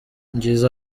ngize